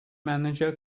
manager